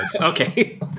okay